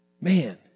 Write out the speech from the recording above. Man